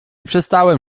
przestałem